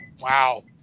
wow